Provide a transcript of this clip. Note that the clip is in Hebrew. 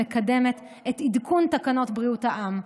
מקדמת את עדכון תקנות בריאות העם,